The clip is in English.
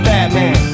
Batman